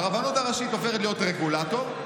הופכת להיות רגולטור,